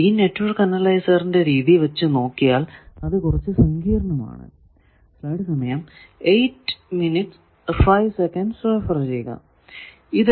ഈ നെറ്റ്വർക്ക് അനലൈസറിന്റെ രീതി വച്ച് നോക്കിയാൽ അത് കുറച്ചു സങ്കീർണമാണ്